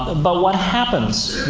but what happens,